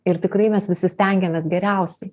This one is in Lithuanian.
ir tikrai mes visi stengiamės geriausiai